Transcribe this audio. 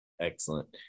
Excellent